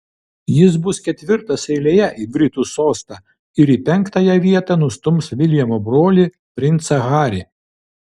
jis bus ketvirtas eilėje į britų sostą ir į penktąją vietą nustums viljamo brolį princą harį